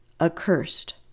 accursed